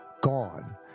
Gone